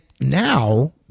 now